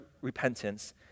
repentance